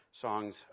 songs